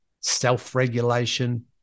self-regulation